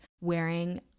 wearing